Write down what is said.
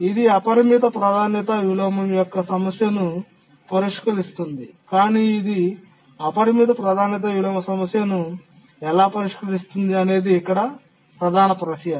ఇది అపరిమిత ప్రాధాన్యత విలోమం యొక్క సమస్యను పరిష్కరించింది కాని ఇది అపరిమిత ప్రాధాన్యత విలోమ సమస్యను ఎలా పరిష్కరిస్తుంది అనేది ఇక్కడ ప్రధాన ప్రశ్న